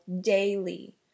daily